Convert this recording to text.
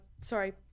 sorry